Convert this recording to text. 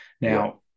Now